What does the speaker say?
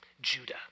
Judah